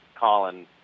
Colin